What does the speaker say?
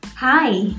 hi